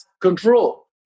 control